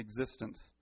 existence